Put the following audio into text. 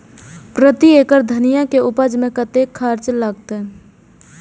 प्रति एकड़ धनिया के उपज में कतेक खर्चा लगते?